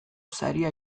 saria